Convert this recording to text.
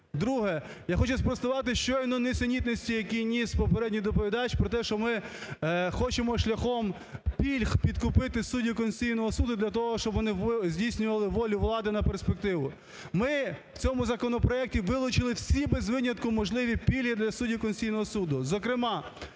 Друге. Я хочу спростувати щойно нісенітниці, які ніч попередній доповідач про те, що ми хочемо шляхом пільг підкупити суддів Конституційного Суду для того, щоб вони здійснювали волю влади на перспективу. Ми в цьому законопроекті вилучили всі, без винятку, можливі пільги для суддів Конституційного Суду,